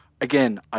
again